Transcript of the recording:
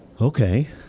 Okay